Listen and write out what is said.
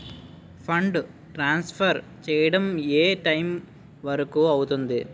Fund transfer చేయడం ఏ time వరుకు అవుతుంది?